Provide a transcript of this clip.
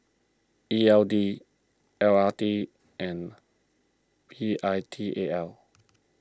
E L D L R T and V I T A L